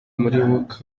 muribuka